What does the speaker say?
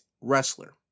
wrestler